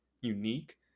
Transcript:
unique